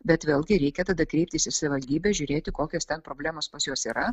bet vėlgi reikia tada kreiptis į savivaldybę žiūrėti kokios ten problemos pas juos yra